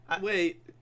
Wait